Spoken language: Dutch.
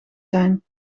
zijn